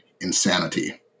insanity